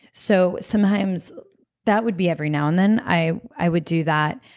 so sometimes that would be every now and then i i would do that.